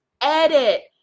edit